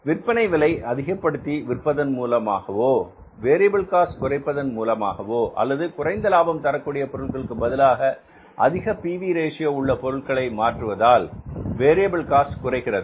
விற்பனை விலை அதிகப்படுத்தி விற்பதன் மூலமாகவோ வேரியபில் காஸ்ட் குறைப்பதன் மூலமாகவோ அல்லது குறைந்த லாபம் தரக்கூடிய பொருட்களுக்கு பதிலாக அதிக P V ratio PV Ratio உள்ள பொருட்களை மாற்றுவதால் வேரியபில் காஸ்ட் குறைகிறது